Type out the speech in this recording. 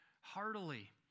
heartily